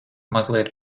mazliet